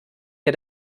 dir